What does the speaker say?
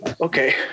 okay